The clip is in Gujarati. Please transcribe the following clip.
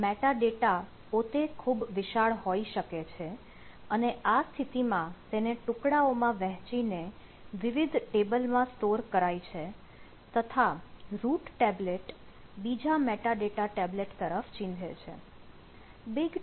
આ મૅટાડેટા પોતે ખૂબ વિશાળ હોઈ શકે છે અને આ સ્થિતિમાં તેને ટુકડાઓમાં વહેંચી ને વિવિધ ટેબલેટ માં સ્ટોર કરાય છે તથા રૂટ ટેબલેટ બીજા મૅટાડેટા ટેબલેટ તરફ ચીંધે છે